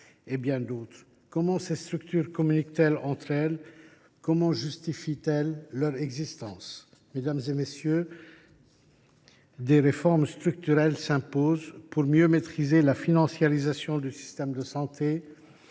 ou autre ? Comment ces structures communiquent elles entre elles ? Comment justifient elles leur existence ? Mes chers collègues, des réformes structurelles s’imposent, pour mieux maîtriser la financiarisation du système de santé,